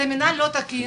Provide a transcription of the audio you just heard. זה מנהל לא תקין,